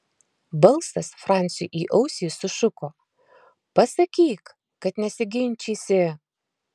balsas franciui į ausį sušuko pasakyk kad nesiginčysi